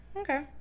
Okay